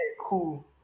cool